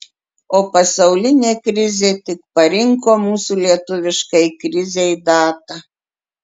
o pasaulinė krizė tik parinko mūsų lietuviškai krizei datą